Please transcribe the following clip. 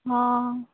ହଁ